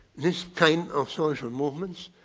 this kind of social movements.